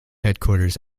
headquarters